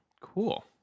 Cool